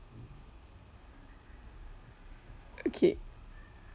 okay